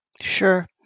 Sure